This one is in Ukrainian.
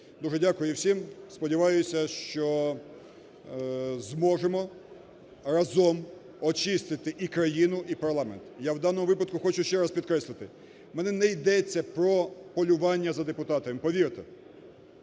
Дуже дякую всім. Сподіваюся, що зможемо разом очистити і країну, і парламент. Я в даному випадку хочу ще раз підкреслити, в мене не йдеться про полювання за депутатами, повірте.